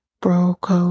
broke